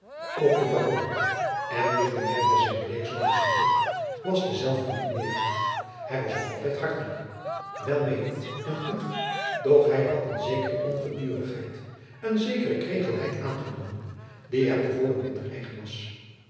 ook de baron en dit bemerkte zijn pleegzoon al spoedig was dezelfde niet meer hij was nog altijd hartelijk welmeenend en goed doch hij had eene zekere ongedurigheid eene zekere kregelheid aangenomen die hem te voren minder eigen was